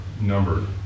numbered